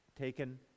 taken